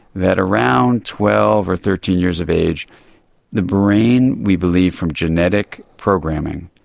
that around twelve or thirteen years of age the brain, we believe from genetic programming,